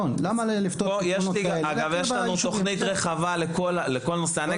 יש לנו תוכנית רחבה לכל נושא הנגב,